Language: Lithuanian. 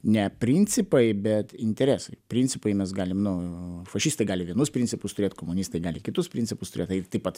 ne principai bet interesai principai mes galim nu fašistai gali vienus principus turėt komunistai gali kitus principus turėt tai taip pat